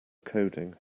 coding